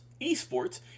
esports